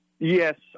Yes